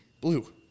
Blue